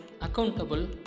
accountable